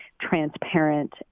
transparent